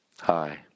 Hi